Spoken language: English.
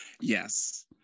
yes